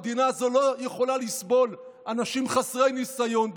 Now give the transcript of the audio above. המדינה הזו לא יכולה לסבול אנשים חסרי ניסיון.